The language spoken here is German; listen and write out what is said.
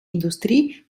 industrie